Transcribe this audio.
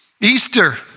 Easter